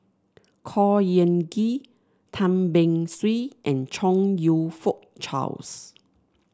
Khor Ean Ghee Tan Beng Swee and Chong You Fook Charles